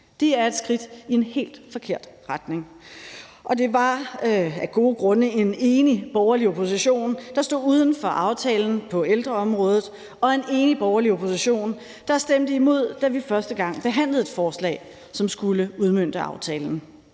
Det er et skridt i en helt forkert retning, og det var af gode grunde en enig borgerlig opposition, der stod uden for aftalen på ældreområdet, og det var en enig borgerlig opposition, der stemte imod, da vi første gang behandlede forslag, som skulle udmønte aftalen.